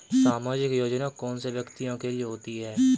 सामाजिक योजना कौन से व्यक्तियों के लिए होती है?